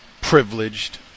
privileged